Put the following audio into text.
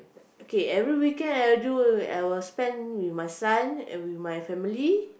okay every weekend I will do I will spent with my son and my family